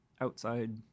outside